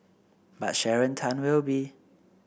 but Sharon Tan will be